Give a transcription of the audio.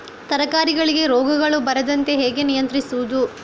ತರಕಾರಿಗಳಿಗೆ ರೋಗಗಳು ಬರದಂತೆ ಹೇಗೆ ನಿಯಂತ್ರಿಸುವುದು?